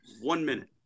one-minute